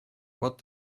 what